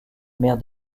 mère